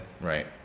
right